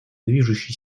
движущей